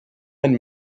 and